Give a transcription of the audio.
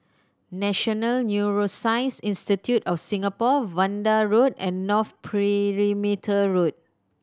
National Neuroscience Institute of Singapore Vanda Road and North Perimeter Road